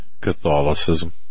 Catholicism